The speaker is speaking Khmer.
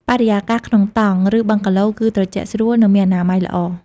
បរិយាកាសក្នុងតង់ ឬបឹងកាឡូ គឺត្រជាក់ស្រួល និងមានអនាម័យល្អ។